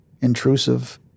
intrusive